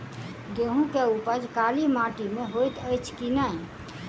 गेंहूँ केँ उपज काली माटि मे हएत अछि की नै?